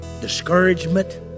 Discouragement